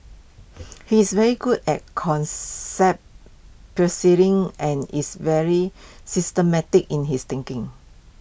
he is very good at and is very systematic in his thinking